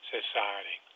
Society